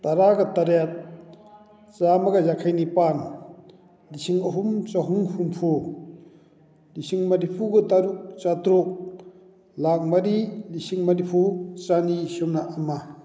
ꯇꯔꯥꯒ ꯇꯔꯦꯠ ꯆꯥꯃꯒ ꯌꯥꯡꯈꯩꯅꯤꯄꯥꯜ ꯂꯤꯁꯤꯡ ꯑꯍꯨꯝ ꯆꯍꯨꯝ ꯍꯨꯝꯐꯨ ꯂꯤꯁꯤꯡ ꯃꯔꯤꯐꯨꯒ ꯇꯔꯨꯛ ꯆꯥꯇꯔꯨꯛ ꯂꯥꯛ ꯃꯔꯤ ꯂꯤꯁꯤꯡ ꯃꯔꯤꯐꯨ ꯆꯅꯤ ꯁꯨꯞꯅ ꯑꯃ